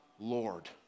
Lord